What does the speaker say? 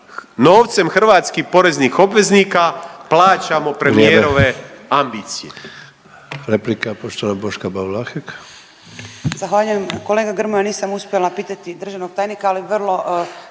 novcem hrvatskih poreznih obveznika plaćamo premijerove …